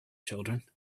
children